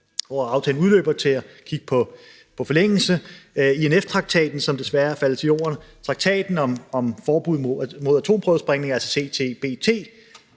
hvor aftalen udløber, til at kigge på forlængelse – INF-traktaten, som desværre er faldet til jorden, og traktaten om forbud mod atomprøvesprængninger, altså CTBT.